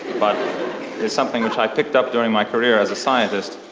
but is something which i picked up during my career as a scientist.